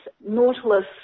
Nautilus